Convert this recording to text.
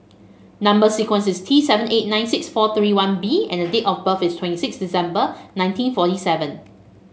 number sequence is T seven eight ninety six four three one B and the date of birth is twenty six December nineteen forty seven